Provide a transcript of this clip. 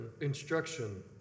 instruction